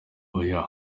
oya